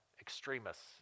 extremists